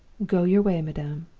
go your way, madam.